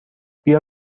بیا